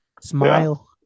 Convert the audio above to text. smile